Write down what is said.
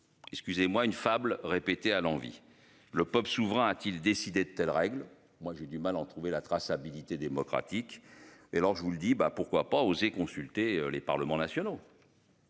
Excusez-moi une fable répété à l'envi le peuple souverain a-t-il décidé de telles règles. Moi j'ai du mal à en trouver la traçabilité démocratique et alors je vous le dis bah pourquoi pas oser consulter les Parlements nationaux.